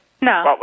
No